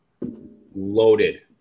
Loaded